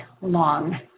long